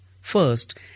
first